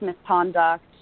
misconduct